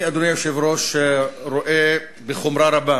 אני, אדוני היושב-ראש, רואה בחומרה רבה